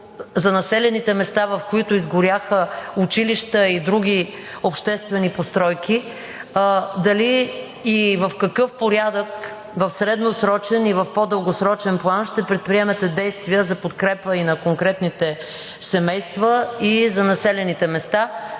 за населените места, в които изгоряха училища и други обществени постройки: дали и в какъв порядък в средносрочен и в по-дългосрочен план ще предприемете действия за подкрепа и на конкретните семейства, и за населените места?